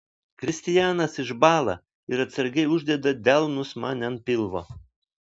kristijanas išbąla ir atsargiai uždeda delnus man ant pilvo